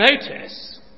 notice